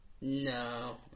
No